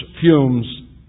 fumes